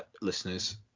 listeners